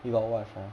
you got watch ah